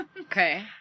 Okay